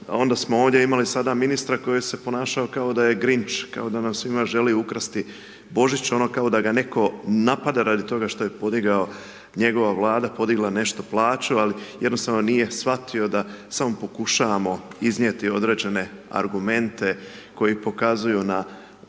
onda smo ovdje imali sada ministra koji se ponašao kao da je Grinch, kao da nam svima želi ukrasti Božić ono kao da ga neko napada radi toga što je podigao, njegova Vlada, podigla nešto plaću, ali jednostavno nije shvatio da samo pokušavamo iznijeti određene argumente koji pokazuju na